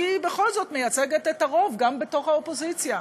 בכל זאת, היא מייצגת את הרוב בתוך האופוזיציה.